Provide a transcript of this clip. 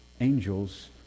angels